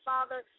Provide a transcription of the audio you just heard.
Father